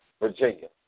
Virginia